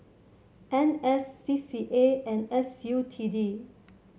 N S C C A and S U T D